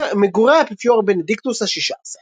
מגורי האפיפיור בנדיקטוס השישה עשר